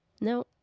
no